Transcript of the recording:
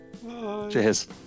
Cheers